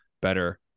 better